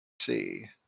See